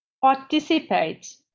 participate